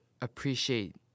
appreciate